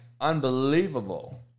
unbelievable